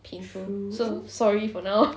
painful so sorry for now